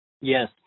Yes